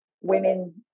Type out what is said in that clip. women